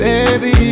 Baby